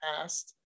past